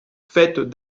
faites